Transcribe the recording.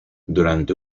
durante